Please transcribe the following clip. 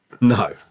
No